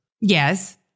Yes